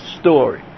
story